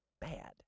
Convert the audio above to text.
bad